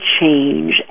change